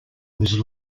was